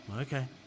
Okay